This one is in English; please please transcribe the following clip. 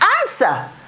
Answer